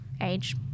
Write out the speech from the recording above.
age